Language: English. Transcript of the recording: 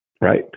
right